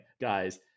guys